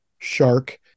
shark